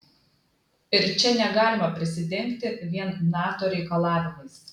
ir čia negalima prisidengti vien nato reikalavimais